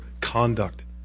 conduct